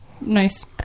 nice